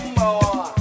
more